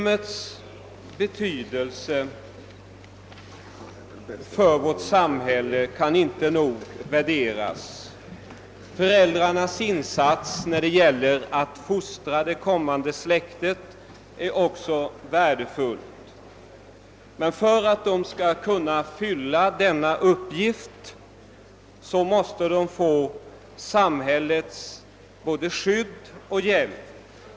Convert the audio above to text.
Hemmets betydelse för vårt samhälle kan inte nog värderas. Föräldrarnas insats när det gäller att fostra det kommande släktet är också värdefull. Men för att de skall kunna fylla denna uppgift måste de få samhällets skydd och hjälp.